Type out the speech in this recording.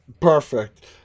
Perfect